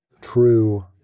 true